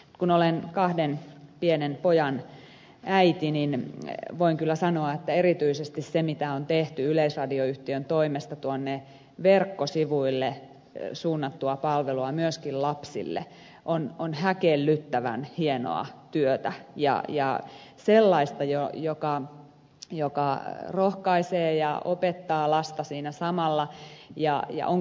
kun olen kahden pienen pojan äiti niin voin kyllä sanoa että erityisesti se mitä on tehty yleisradioyhtiön toimesta verkkosivuille suunnattua palvelua myöskin lapsille on häkellyttävän hienoa työtä ja sellaista joka rohkaisee ja opettaa lasta siinä samalla ja on kuitenkin turvallista